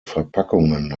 verpackungen